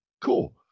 Cool